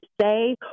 say